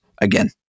again